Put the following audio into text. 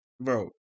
Bro